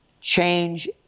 Change